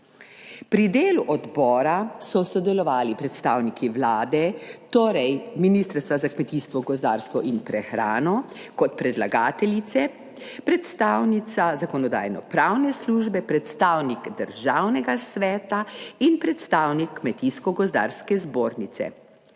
Pri delu odbora so sodelovali predstavniki Vlade, torej Ministrstva za kmetijstvo, gozdarstvo in prehrano, kot predlagateljice, predstavnica Zakonodajno-pravne službe, predstavnik Državnega sveta in predstavnik Kmetijsko gozdarske zbornice.